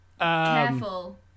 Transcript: Careful